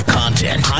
content